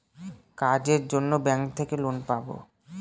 কাজের জন্য ব্যাঙ্ক থেকে লোন পাবো